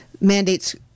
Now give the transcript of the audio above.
mandates